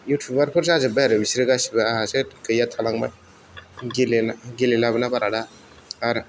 युटुबारफोर जाजोबबाय आरो बिसोरो गासैबो आंहासो गैया थालांबाय गेलेला गेलेलाबोना बारा दा आरो